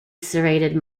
serrated